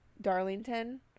Darlington